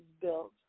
built